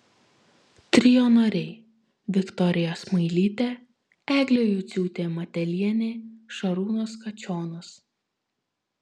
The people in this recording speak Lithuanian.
trio nariai viktorija smailytė eglė juciūtė matelienė šarūnas kačionas